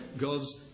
God's